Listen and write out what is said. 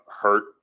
hurt